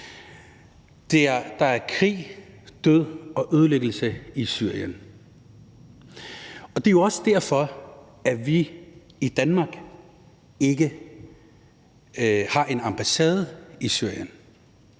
Der er krig, død og ødelæggelse i Syrien. Og det er jo også derfor, at vi i Danmark ikke har en ambassade i Syrien.